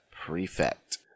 prefect